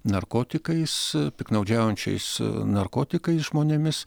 narkotikais piktnaudžiaujančiais narkotikais žmonėmis